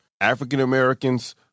African-Americans